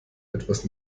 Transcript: etwas